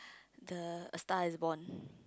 the a-Star-is-Born